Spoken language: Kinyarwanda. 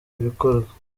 ibikorwa